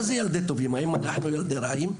מה זה ילדי טובים, האם אנחנו ילדי רעים?